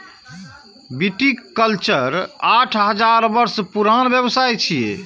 viticulture आठ हजार वर्ष पुरान व्यवसाय छियै